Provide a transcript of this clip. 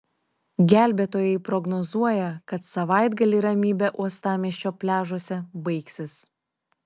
gelbėtojai prognozuoja kad savaitgalį ramybė uostamiesčio pliažuose baigsis